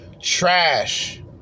trash